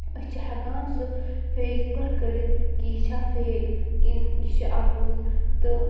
أسۍ چھِ ہٮ۪کان سُہ فیس بُک پٮ۪ٹھ کٔڑِتھ کہِ یہِ چھا فیک کِنہٕ یہِ چھِ اَپُز تہٕ